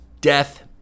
death